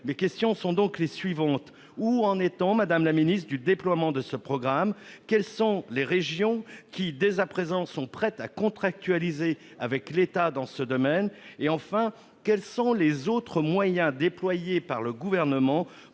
Mes questions sont les suivantes : où en est-on, madame la secrétaire d'État, du déploiement de ce programme ? Quelles sont les régions qui sont dès à présent prêtes à contractualiser avec l'État dans ce domaine ? Enfin, quels sont les autres moyens déployés par le Gouvernement